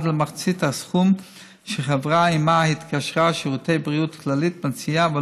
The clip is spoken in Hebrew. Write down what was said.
עד למחצית הסכום שהחברה שעימה התקשרה שירותי בריאות כללית מציעה,